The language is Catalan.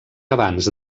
abans